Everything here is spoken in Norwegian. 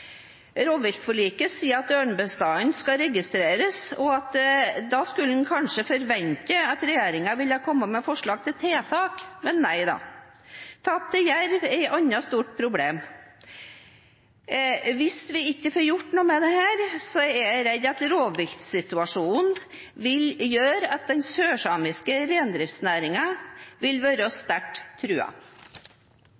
Rovviltforliket sier at ørnebestanden skal registreres, og da skulle en kanskje forvente at regjeringen ville komme med forslag til tiltak, men nei da! Tap til jerv er et annet stort problem. Hvis vi ikke får gjort noe med dette, er jeg redd for at rovviltsituasjonen vil gjøre at den sørsamiske reindriftsnæringen vil være